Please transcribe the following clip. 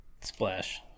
Splash